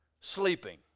sleeping